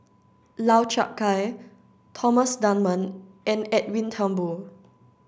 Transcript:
Lau Chiap Khai Thomas Dunman and Edwin Thumboo